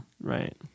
right